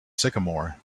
sycamore